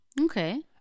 Okay